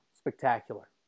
Spectacular